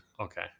Okay